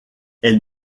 elle